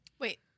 wait